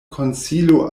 konsilo